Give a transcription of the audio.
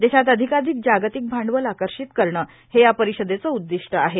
देशात अधिकाधिक जागतिक भांडवल आकर्षित करणे हे या परिषदेचे उद्दिष्ट आहे